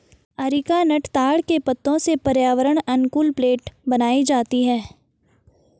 areca nut ताड़ के पत्तों से पर्यावरण अनुकूल प्लेट बनाई जाती है